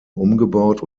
umgebaut